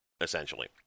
essentially